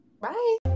Bye